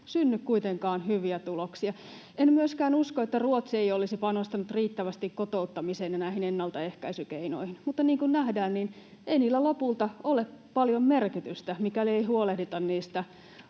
synny kuitenkaan hyviä tuloksia. En myöskään usko, että Ruotsi ei olisi panostanut riittävästi kotouttamiseen ja näihin ennaltaehkäisykeinoihin, mutta, niin kuin nähdään, ei niillä lopulta ole paljon merkitystä, mikäli ei huolehdita niistä